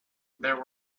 there